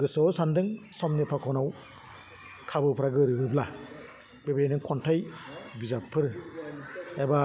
गोसोआव सान्दों समनि फाख'नाव खाबुफ्रा गोरोबोब्ला बेबायदिनो खन्थाइ बिजाबफोर एबा